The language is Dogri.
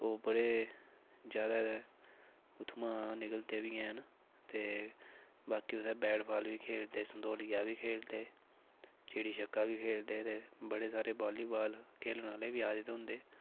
ओह् बड़े ज्यादा उत्थुआं निकलदे बी ऐ न ते बाकी उत्थें बैट बाल बी खेढदे संतोलियां बी खेढदे चिड़ी छिक्का बी खेढदे ते बड़े सारे वाली बाल खेलने आह्ले बी आए दे होंदे